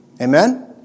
Amen